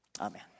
Amen